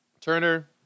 Turner